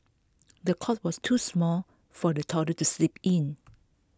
the cot was too small for the toddler to sleep in